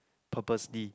purposely